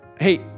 Hey